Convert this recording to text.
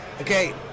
okay